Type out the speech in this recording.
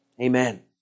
Amen